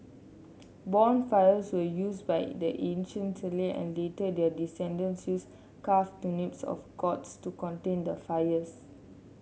bonfires were used by the ancient and later their descendents carved turnips or gourds to contain the fires